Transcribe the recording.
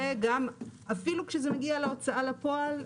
ואפילו כשזה מגיע להוצאה לפועל,